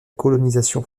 colonisation